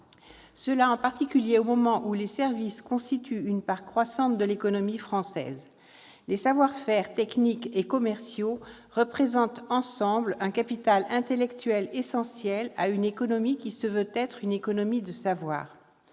en particulier au moment où les services constituent une part croissante de l'économie française. Les savoir-faire techniques et commerciaux représentent ensemble un capital intellectuel essentiel à une économie qui se veut une économie du savoir.